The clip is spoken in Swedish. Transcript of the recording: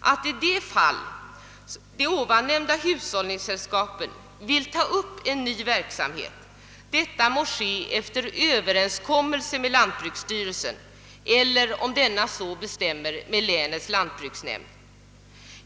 att i de fall de ovannämnda hushållningssällskapen vill ta upp en ny verksamhet, detta må ske efter överenskommelse med lantbruksstyrelsen eller, om denna så bestämmer, med länets lantbruksnämnd.